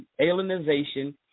alienization